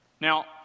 Now